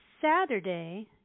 Saturday